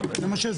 זה השחרור המנהלי.